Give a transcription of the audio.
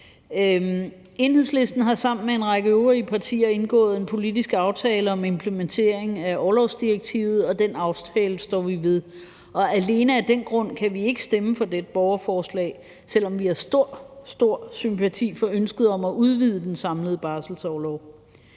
Enhedslisten har sammen med en række øvrige partier indgået en politisk aftale om implementering af orlovsdirektivet, og den aftale står vi ved. Og alene af den grund kan vi ikke stemme for dette borgerforslag, selv om vi har stor, stor sympati for ønsket om at udvide den samlede barselsorlov.